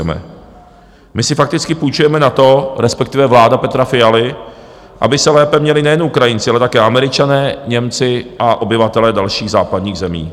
My si fakticky půjčujeme na to, respektive vláda Petra Fialy, aby se lépe měli nejen Ukrajinci, ale také Američané, Němci a obyvatelé dalších západních zemí.